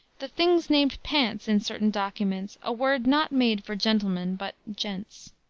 the things named pants in certain documents, a word not made for gentlemen, but gents.